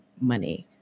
money